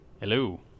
Hello